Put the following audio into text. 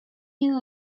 you